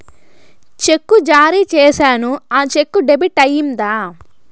చెక్కు జారీ సేసాను, ఆ చెక్కు డెబిట్ అయిందా